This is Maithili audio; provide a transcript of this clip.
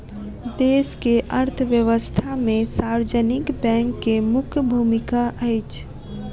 देश के अर्थव्यवस्था में सार्वजनिक बैंक के मुख्य भूमिका अछि